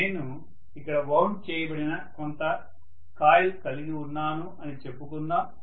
నేను ఇక్కడ వౌండ్ చేయబడిన కొంత కాయిల్ కలిగి ఉన్నాను అని చెప్పుకుందాం